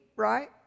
right